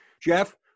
Jeff